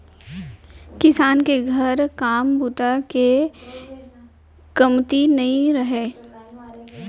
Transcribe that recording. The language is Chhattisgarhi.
किसान के घर काम बूता हे के कमती नइ रहय